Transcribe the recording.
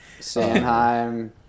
Sandheim